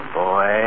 boy